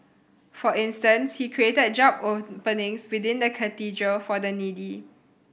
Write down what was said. for instance he created job openings within the Cathedral for the needy